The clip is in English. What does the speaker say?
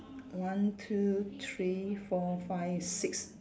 one two three four five six